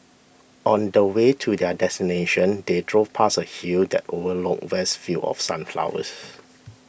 on the way to their destination they drove past a hill that overlooked vast fields of sunflowers